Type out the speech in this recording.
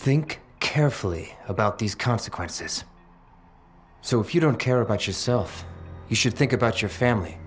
think carefully about these consequences so if you don't care about yourself you should think about your family